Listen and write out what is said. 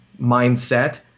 mindset